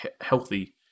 healthy